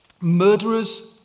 murderers